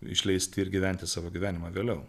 išleisti ir gyventi savo gyvenimą vėliau